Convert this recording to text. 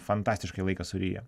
fantastiškai laiką suryja